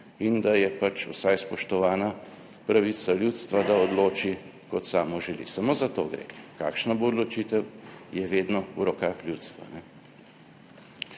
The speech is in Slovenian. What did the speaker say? in da je pač vsaj spoštovana pravica ljudstva, da odloči kot samo želi. Samo za to gre. Kakšna bo odločitev, je vedno v rokah ljudstva.